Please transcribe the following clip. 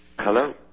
Hello